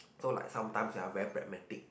so like sometimes ah very pragmatic